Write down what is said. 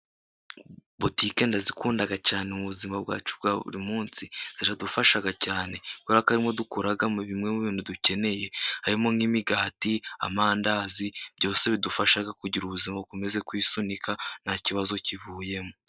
Butike ndazikunda cyane mu buzima bwacu bwa buri munsi ziradufasha cyane, kubera ko arimo dukuramo bimwe mu bintu dukeneye harimo nk'imigati, amandazi byose bidufasha kugira ubuzima bukome kwisunika nta kibazo kivuyemo.